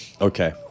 Okay